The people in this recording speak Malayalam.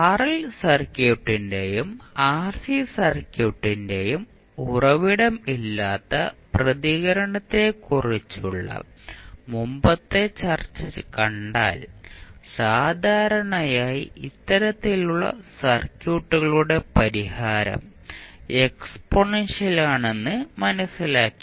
ആർഎൽ സർക്യൂട്ടിൻറെയും ആർസി സർക്യൂട്ടിന്റെയും ഉറവിടം ഇല്ലാത്ത പ്രതികരണത്തെക്കുറിച്ചുള്ള മുമ്പത്തെ ചർച്ച കണ്ടാൽ സാധാരണയായി ഇത്തരത്തിലുള്ള സർക്യൂട്ടുകളുടെ പരിഹാരം എക്സ്പോണൻഷ്യലാണെന്ന് മനസ്സിലാക്കി